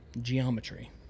geometry